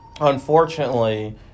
unfortunately